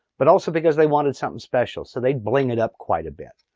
but also because they wanted something special, so they'd bling it up quite a bit.